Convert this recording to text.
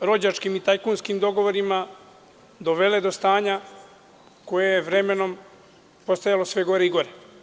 rođačkim i tajkunskim dogovorima dovele do stanja koje je vremenom postajalo sve gore i gore.